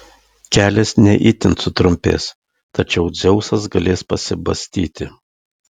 kelias ne itin sutrumpės tačiau dzeusas galės pasibastyti